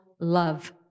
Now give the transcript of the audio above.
love